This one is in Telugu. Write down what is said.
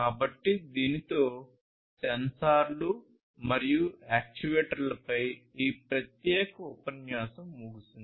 కాబట్టి దీనితో సెన్సార్లు మరియు యాక్యుయేటర్లపై ఈ ప్రత్యేక ఉపన్యాసం ముగిసింది